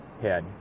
head